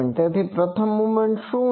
તેથી પ્રથમ મોમેન્ટ શું છે